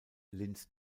linz